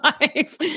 life